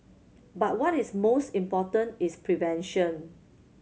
but what is most important is prevention